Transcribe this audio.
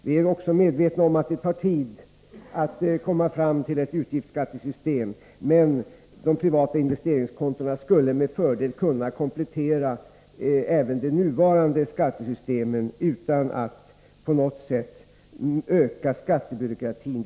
Vi är också medvetna om att det tar tid att komma fram till ett utgiftsskattesystem, men de privata investeringskontona skulle med fördel kunna komplettera även det nuvarande skattesystemet, utan att på något sätt öka byråkratin.